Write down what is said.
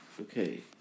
Okay